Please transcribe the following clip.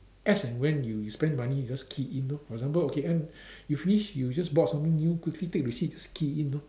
as and when you you spend money you just key in lor for example okay and you finish you just bought something new quickly take receipt just key in lor